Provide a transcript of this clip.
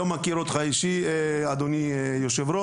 לא מכיר אותך אדוני היושב-ראש,